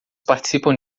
participam